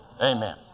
amen